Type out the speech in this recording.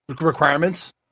requirements